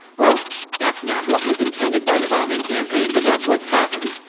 well that's not what was intended by the bombing campaign but that's what's happened.